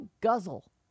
Guzzle